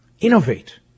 innovate